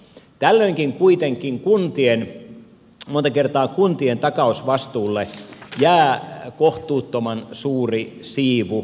tällöinkin kuitenkin monta kertaa kuntien takausvastuulle jää kohtuuttoman suuri siivu